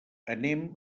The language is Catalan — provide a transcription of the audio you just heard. anem